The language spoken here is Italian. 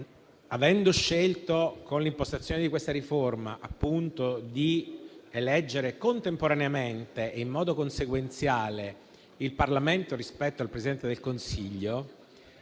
Avendo scelto, con l'impostazione di questa riforma, di eleggere contemporaneamente e in modo consequenziale il Parlamento e il Presidente del Consiglio,